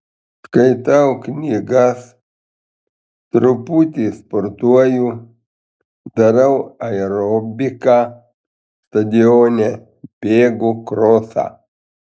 skaitau knygas truputį sportuoju darau aerobiką stadione bėgu krosą